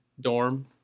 dorm